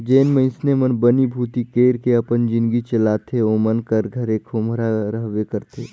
जेन मइनसे मन बनी भूती कइर के अपन जिनगी चलाथे ओमन कर घरे खोम्हरा रहबे करथे